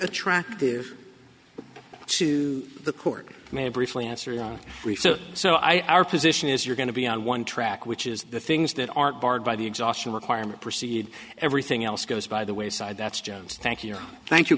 attractive to the court may briefly answer so i our position is you're going to be on one track which is the things that aren't barred by the exhaustion requirement proceed everything else goes by the wayside that's jones thank you thank you